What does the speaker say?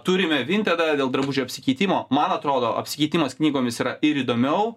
turime vintedą dėl drabužių apsikeitimo man atrodo apsikeitimas knygomis yra ir įdomiau